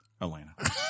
Atlanta